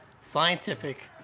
scientific